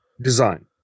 design